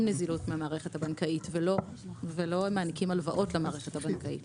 נזילות מהמערכת הבנקאית ולא מעניקים הלוואות למערכת הבנקים,